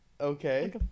Okay